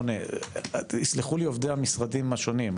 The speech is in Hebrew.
יסלחו לי עובדי המשרדים השונים.